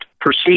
proceed